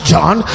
John